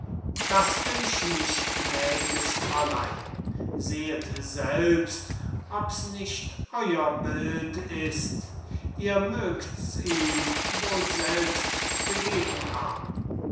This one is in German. das bin ich nicht gnädiges fräulein sehet selbst ob's nicht euer bild ist ihr mögt's ihm wohl selbst gegeben haben